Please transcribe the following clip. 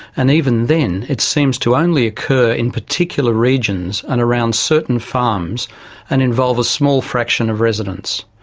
and even then it seems to only occur in particular regions and around certain farms and involve a small fraction of residents.